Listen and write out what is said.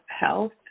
health